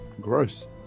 Gross